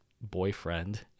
boyfriend